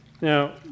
Now